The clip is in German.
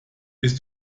bist